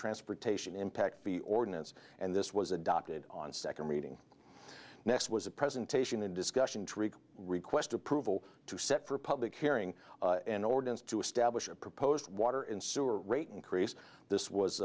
transportation impact the ordinance and this was adopted on second reading next was a presentation in discussion to request approval to set for a public hearing in order to establish a proposed water and sewer rate increase this was